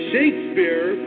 Shakespeare